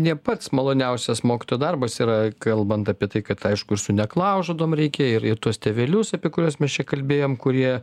ne pats maloniausias mokytojo darbas yra kalbant apie tai kad aišku ir su neklaužadom reikia ir į tuos tėvelius apie kuriuos mes čia kalbėjom kurie